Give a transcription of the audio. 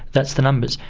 that's the numbers.